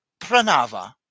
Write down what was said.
pranava